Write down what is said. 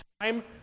time